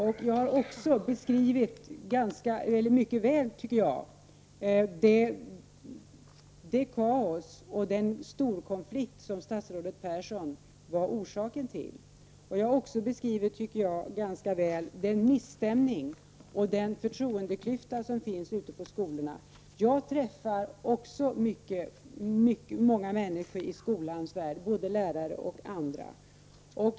Också jag har beskrivit mycket väl det kaos och den storkonflikt som statsrådet Persson var orsaken till, liksom jag beskrivit den misstämning och den förtroendeklyfta som finns ute på skolan. Även jag möter många människor i skolans värld, både lärare och andra.